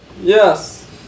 yes